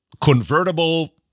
convertible